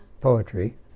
poetry